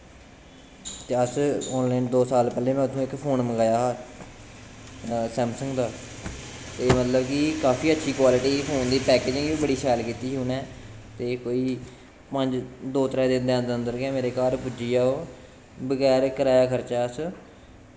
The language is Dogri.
ते अस आनलाइन दो साल पैह्लें में उत्थूं इक फोन मंगाया हा सैमसंग दा ते मतलब कि काफी अच्छी क्वालटी ही फोन दी पैकिंग बी बड़ी शैल कीती दी ही उ'नें ते कोई पंज दो त्रै दिन दे अन्दर अन्दर गै मेरे घर पुज्जी गेआ हा ओह् बगैर कराया खर्चै अस